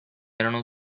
erano